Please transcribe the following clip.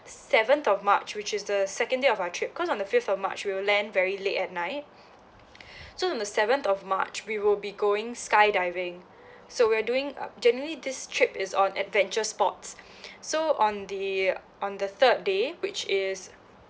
seventh of march which is the second day of our trip cause on the fifth of march we'll land very late at night so on the seventh of march we will be going skydiving so we're doing uh generally this trip is on adventure sports so on the on the third day which is